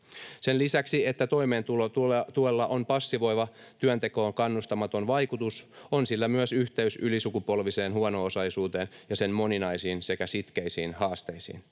Sen lisäksi, että toimeentulotuella on passivoiva, työntekoon kannustamaton vaikutus, on sillä myös yhteys ylisukupolviseen huono-osaisuuteen ja sen moninaisiin sekä sitkeisiin haasteisiin.